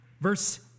Verse